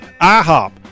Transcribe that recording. IHOP